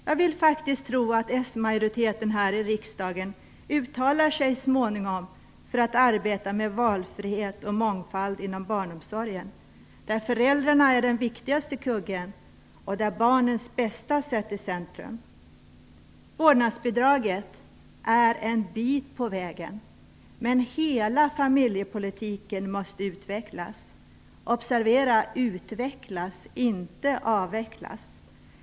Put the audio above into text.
Jag vill tro att den socialdemokratiska majoriteten här i riksdagen så småningom uttalar sig för att arbeta med valfrihet och mångfald inom barnomsorgen, där föräldrarna är den viktigaste kuggen och där barnens bästa sätts i centrum. Vårdnadsbidraget är en bit på vägen, men hela familjepolitiken måste utvecklas. Observera: utvecklas, inte avvecklas!